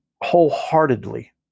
wholeheartedly